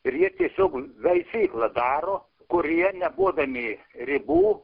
ir jie tiesiog veisyklą daro kurie nebūdami ribų